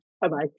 Bye-bye